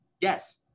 Yes